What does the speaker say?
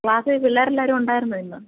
ക്ലാസ്സിലെ പിള്ളേര് എല്ലാവരും ഉണ്ടായിരുന്നോ ഇന്ന്